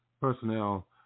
personnel